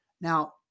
Now